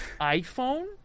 iPhone